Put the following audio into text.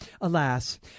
alas